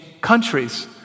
countries